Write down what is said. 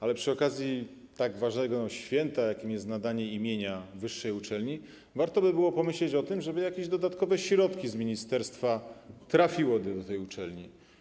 Ale przy okazji tak ważnego święta, jakim jest nadanie imienia wyższej uczelni, warto byłoby pomyśleć o tym, żeby jakieś dodatkowe środki z ministerstwa trafiły do tej uczelni.